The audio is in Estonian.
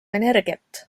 energiat